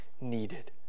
needed